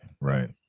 right